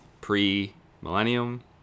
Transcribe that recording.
pre-millennium